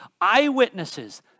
eyewitnesses